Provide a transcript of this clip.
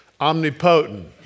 omnipotent